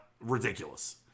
ridiculous